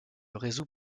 résout